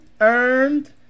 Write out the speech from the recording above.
earned